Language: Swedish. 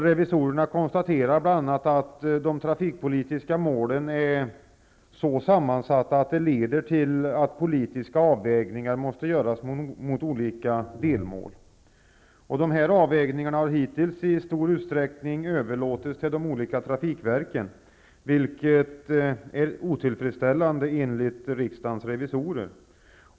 Revisorerna konstaterar bl.a. att de trafikpolitiska målen är så sammansatta att de leder till att politiska avvägningar måste göras mellan olika delmål. Dessa avvägningar har hittills till stor utsträckning överlåtits till de olika trafikverken, vilket är otillfredsställande enligt riksdagens revisorer.